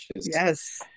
Yes